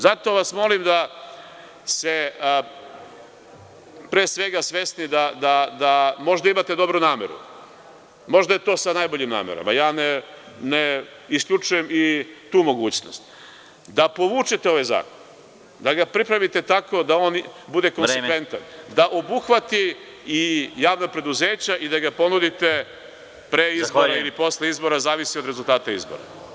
Zato vas molim da ste pre svega svesni, možda imate dobru nameru, možda je to sa najboljim namerama, ja ne isključujem i tu mogućnost, da povučete ovaj zakon, da ga pripremite tako da on bude konzistentan, da obuhvati i javna preduzeća i da ga ponudite pre izbora ili posle izbora, zavisi od rezultata izbora.